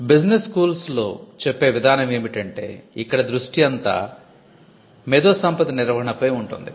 Management పాఠశాలలో చెప్పే విధానం ఏమిటంటే ఇక్కడ దృష్టి అంతా మేధో సంపత్తి నిర్వహణపై ఉంటుంది